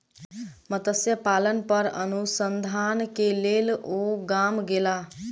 मत्स्य पालन पर अनुसंधान के लेल ओ गाम गेला